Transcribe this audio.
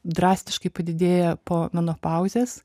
drastiškai padidėja po menopauzės